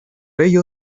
ello